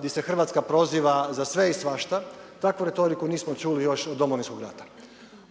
di se Hrvatska proziva za sve i svašta. Takvu retoriku nismo čuli još od Domovinskog rata.